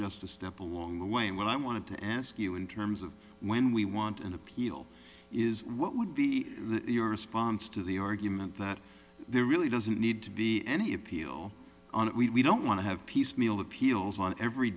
just a step along the way and what i wanted to ask you in terms of when we want an appeal is what would be your response to the argument that there really doesn't need to be any appeal on it we don't want to have piecemeal appeals on every